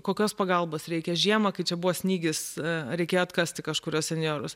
kokios pagalbos reikia žiemą kai čia buvo snygis reikėjo atkasti kažkuriuos senjorus